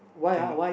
came out